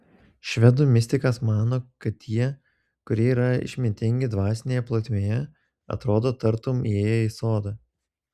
švedų mistikas mano kad tie kurie yra išmintingi dvasinėje plotmėje atrodo tartum įėję į sodą